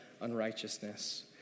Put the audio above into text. unrighteousness